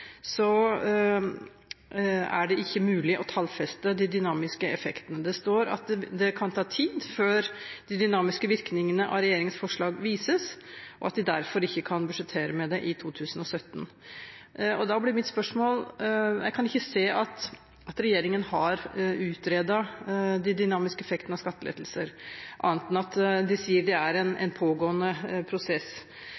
er det mulig å tallfeste de dynamiske effektene. Det står at det kan ta tid før de dynamiske virkningene av regjeringens forslag vises, og at de derfor ikke kan budsjettere med det i 2017. Jeg kan ikke se at regjeringen har utredet de dynamiske effektene av skattelettelser annet enn at de sier at det er en